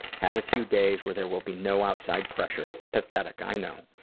have a few days where there will be no outside pressure. pathetic, i know.